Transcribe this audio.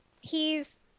He's-